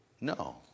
No